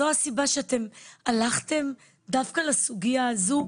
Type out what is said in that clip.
זו הסיבה שאתם הלכתם דווקא לסוגיה הזו,